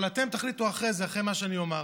אבל אתם תחליטו אחרי מה שאומר.